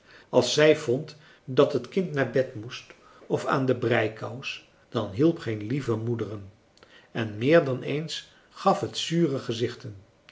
als zij vond dat het kind naar bed moest of aan de breikous dan hielp geen lievemoederen en meer dan eens gaf het zure gezichten